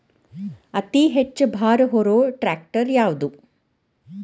ಅತಿ ಹೆಚ್ಚ ಭಾರ ಹೊರು ಟ್ರ್ಯಾಕ್ಟರ್ ಯಾದು?